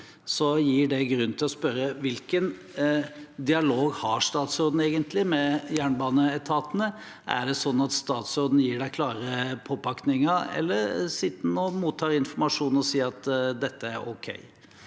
gir det grunn til å spørre: Hvilken dialog har statsråden egentlig med jernbaneetatene? Er det sånn at statsråden gir dem klare påpakninger, eller sitter han og mottar informasjon og sier at dette er ok?